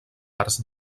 arts